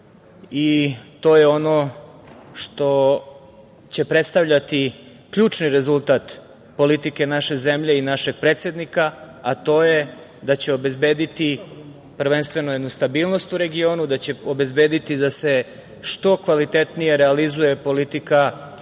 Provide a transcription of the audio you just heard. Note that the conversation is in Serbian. To je ono što će predstavljati ključni rezultat politike naše zemlje i našeg predsednika, a to je da će obezbediti prvenstveno jednu stabilnost u regionu, da će obezbediti da se što kvalitetnije realizuje politika